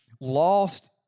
lost